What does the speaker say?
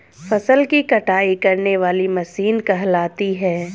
फसल की कटाई करने वाली मशीन कहलाती है?